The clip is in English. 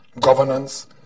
governance